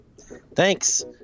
Thanks